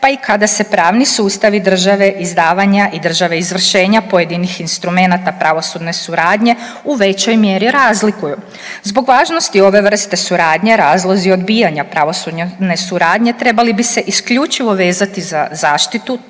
pa i kada se pravni sustavi države izdavanja i države izvršenja pojedinih instrumenata pravosudne suradnje u većoj mjeri razlikuju. Zbog važnosti ove vrste suradnje, razlozi odbijanja pravosudne suradnje, trebali bi se isključivo vezati za zaštitu